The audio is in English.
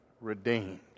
redeemed